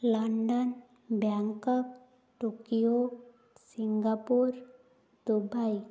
London Bangkok Tokyo Singapore Dubai